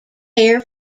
care